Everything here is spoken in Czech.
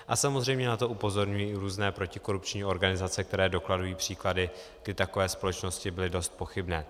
A samozřejmě na to upozorňují i různé protikorupční organizace, které dokladují příklady, kdy takové společnosti byly dost pochybné.